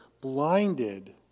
blinded